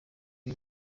uyu